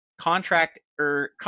contractor